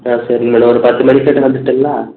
ம் சரிங்க மேடம் ஒரு பத்து மணிக்கிட்டே வந்துர்ட்டங்களா